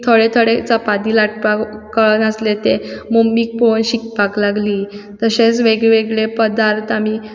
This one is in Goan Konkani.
थोडें थोडें चपाती लाटपाक कळनासलें तें मम्मीक पळोवन शिकपाक लागलीं तशेंच वेगळे वेगळे पदार्थ आमी